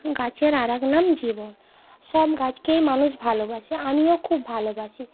গাছের আর এক নাম জীবন সব গাছকেই মানুষ ভালোবাসে আমিও খুব ভালোবাসি